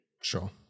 Sure